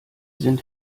sind